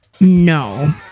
No